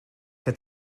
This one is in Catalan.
que